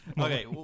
Okay